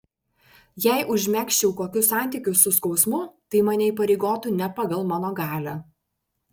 jei užmegzčiau kokius santykius su skausmu tai mane įpareigotų ne pagal mano galią